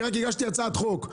כי רק הגשתי הצעת חוק.